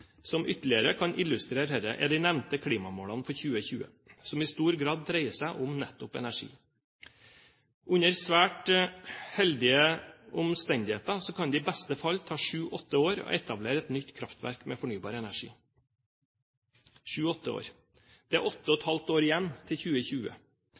som ytterligere kan illustrere dette, er de nevnte klimamålene for 2020, som i stor grad dreier seg om nettopp energi. Under svært heldige omstendigheter kan det i beste fall ta sju-åtte år å etablere et nytt kraftverk med fornybar energi. Det er åtte og